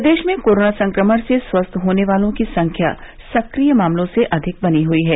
प्रदेश में कोरोना संक्रमण से स्वस्थ होने वालों की संख्या सक्रिय मामलों से अधिक बनी हयी है